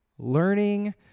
Learning